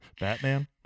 batman